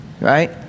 Right